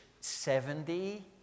Seventy